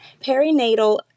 perinatal